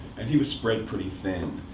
and he was spread pretty thin.